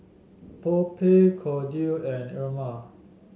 Phoebe Kordell and Irma